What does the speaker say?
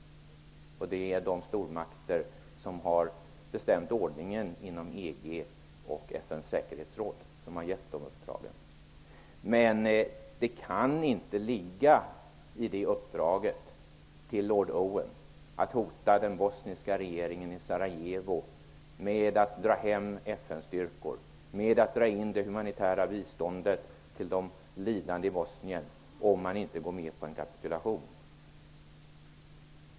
Det är stormakterna, som har bestämt ordningen inom EG och FN:s säkerhetsråd, som har gett dessa uppdrag. Det kan inte ligga i uppdraget till Lord Owen att han skall hota den bosniska regeringen i Sarajevo med att dra tillbaka FN-styrkor och dra in det humanitära biståndet till de lidande i Bosnien om man inte går med på en kapitulation.